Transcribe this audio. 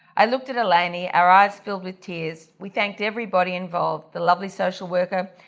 i looked at elanie, our eyes filled with tears, we thanked everybody involved, the lovely social worker,